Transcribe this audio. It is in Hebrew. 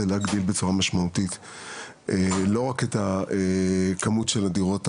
הפתרון הוא להגדיל בצורה משמעותית ולא רק את הכמות של הדירות הממסדיות,